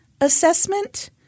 assessment